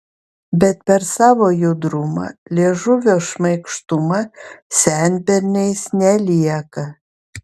bet per savo judrumą liežuvio šmaikštumą senberniais nelieka